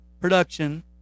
production